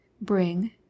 BRING